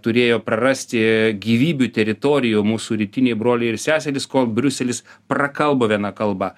turėjo prarasti gyvybių teritorijų mūsų rytiniai broliai ir seserys kol briuselis prakalbo viena kalba